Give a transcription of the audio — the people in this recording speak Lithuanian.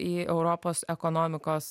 į europos ekonomikos